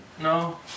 No